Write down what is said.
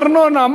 ארנונה,